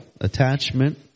attachment